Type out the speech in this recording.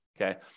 okay